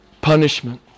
punishment